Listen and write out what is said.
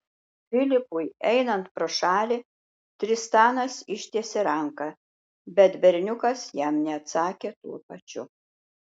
filipui einant pro šalį tristanas ištiesė ranką bet berniukas jam neatsakė tuo pačiu